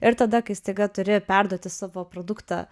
ir tada kai staiga turi perduoti savo produktą